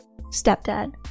Stepdad